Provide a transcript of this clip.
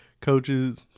coaches